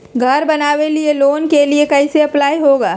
घर बनावे लिय लोन के लिए कैसे अप्लाई होगा?